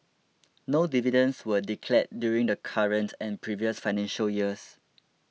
no dividends were declared during the current and previous financial years